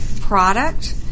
product